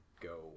go